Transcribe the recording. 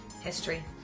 history